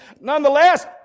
nonetheless